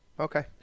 Okay